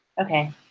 okay